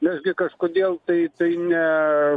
mes gi kažkodėl tai tai ne